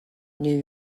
new